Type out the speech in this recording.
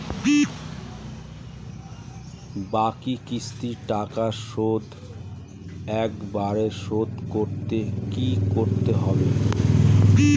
বাকি কিস্তির টাকা শোধ একবারে শোধ করতে কি করতে হবে?